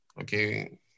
Okay